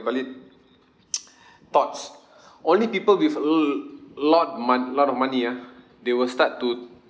call it thoughts only people with l~ lot mon~ lot of money ah they will start to